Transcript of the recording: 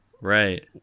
Right